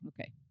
Okay